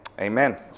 Amen